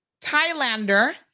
Thailander